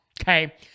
okay